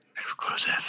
exclusive